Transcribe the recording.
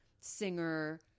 singer